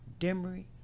Demery